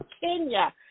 Kenya